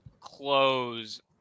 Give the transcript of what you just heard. close